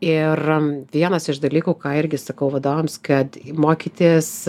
ir vienas iš dalykų ką irgi sakau vadovams kad mokytis